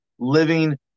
living